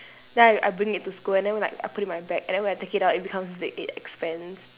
then I I bring it to school and then like I put it in my bag and then when I take it out it becomes big it expands